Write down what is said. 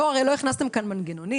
הרי לא הכנסתם כאן מנגנונים,